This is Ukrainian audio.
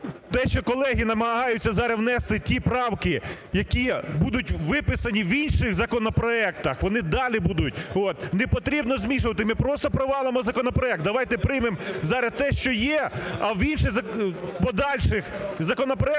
те, що колеги намагаються зараз внести ті правки, які будуть виписані в інших законопроектах, вони далі будуть, не потрібно змішувати, ми просто провалимо законопроект. Давайте приймемо зараз те, що є, а в інших, подальших законопроектах